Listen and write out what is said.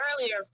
earlier